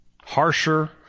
harsher